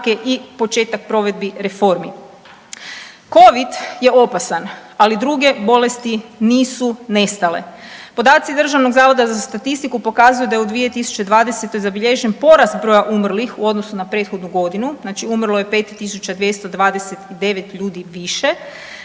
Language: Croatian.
i početak provedbi reformi. Covid je opasan, ali druge bolesti nisu nestale. Podaci Državnog zavoda za statistiku pokazuju da je u 2020. zabilježen porast broja umrlih u odnosu na prethodnu godinu, znači umrlo je 5.229 ljudi više.